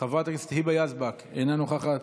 חברת הכנסת היבה יזבק, אינה נוכחת.